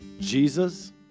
Jesus